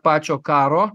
pačio karo